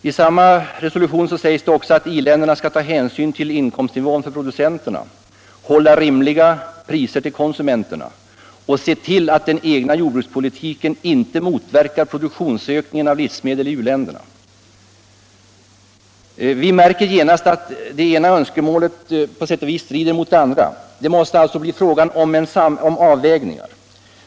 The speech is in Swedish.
I samma resolution sägs det också att i-länderna skall ta hänsyn till inkomstnivån för producenterna, hålla rimliga priser till konsumenterna och se till att den egna jordbrukspolitiken inte motverkar ökningen av livsmedelsproduktionen i u-länderna. Vi märker genast att det ena önskemålet på sätt och vis strider mot det andra. Det måste alltså bli fråga om avvägningar.